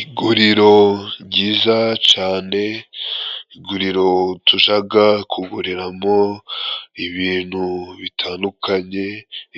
Iguriro ryiza cane, iguriro tujaga kuguriramo ibintu bitandukanye,